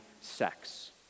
sex